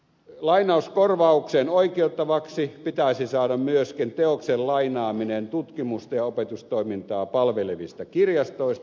lainauskorvaukseen oikeuttavaksi pitäisi saada myöskin teoksen lainaaminen tutkimusta ja opetustoimintaa palvelevista kirjastoista